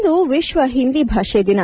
ಇಂದು ವಿಶ್ವ ಹಿಂದಿ ಭಾಷೆ ದಿನ